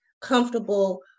comfortable